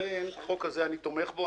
לכן אני תומך בהצעת החוק הזאת,